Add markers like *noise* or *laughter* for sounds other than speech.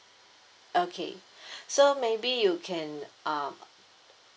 okay *breath* so maybe you can um